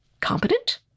competent